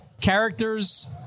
characters